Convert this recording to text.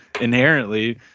inherently